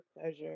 pleasure